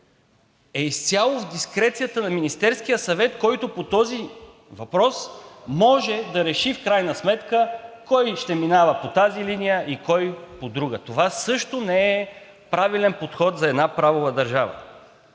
е изцяло в дискрецията на Министерския съвет, който по този въпрос може да реши в крайна сметка кой ще минава по тази линия и кой по друга. Това също не е правилен подход за една правова държава.